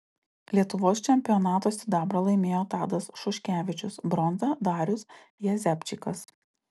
lietuvos čempionato sidabrą laimėjo tadas šuškevičius bronzą darius jazepčikas